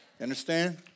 understand